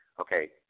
okay